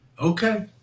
Okay